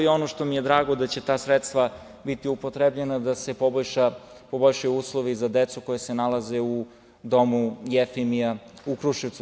Drago mi je da će ta sredstva biti upotrebljena da se poboljšaju uslovi za decu koja se nalaze u domu „Jefimija“ u Kruševcu.